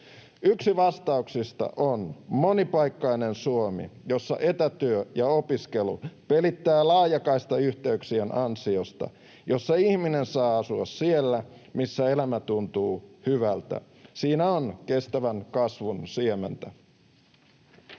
Yksi vastauksista on monipaikkainen Suomi, jossa etätyö ja opiskelut pelittävät laajakaistayhteyksien ansiosta, jossa ihminen saa asua siellä, missä elämä tuntuu hyvältä. Siinä on kestävän kasvun siementä.